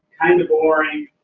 kinda boring,